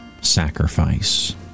sacrifice